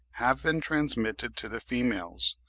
have been transmitted to the females,